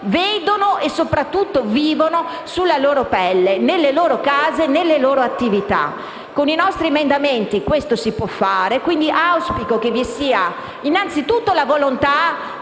vedono e soprattutto vivono sulla loro pelle, nelle loro case e nelle loro attività. Con i nostri emendamenti questo si può fare. E quindi auspico che vi sia innanzitutto la volontà